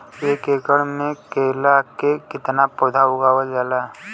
एक एकड़ में केला के कितना पौधा लगावल जाला?